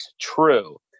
true